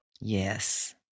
Yes